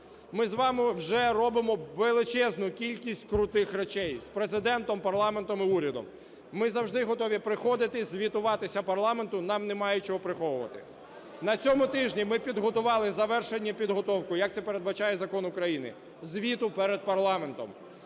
Ми з вами вже робимо величезну кількість крутих речей з Президентом, парламентом і урядом. Ми завжди готові приходити і звітуватися парламенту, нам немає чого приховувати. На цьому тижні ми підготували, завершили підготовку, як це передбачає закон України, звіту перед парламентом.